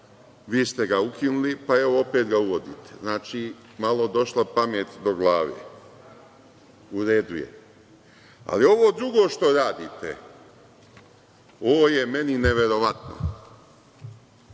vi ste ga ukinuli pa, evo, opet ga uvodite. Znači, malo došla pamet do glave. U redu je. Ali ovo drugo što radite, ovo je meni neverovatno